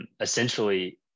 Essentially